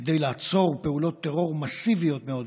כדי לעצור פעולות טרור מסיביות מאוד,